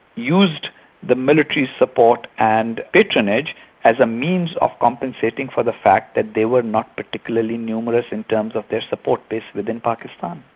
used the military support and patronage as a means of compensating for the fact that they were not particularly numerous in terms of their support base within pakistan.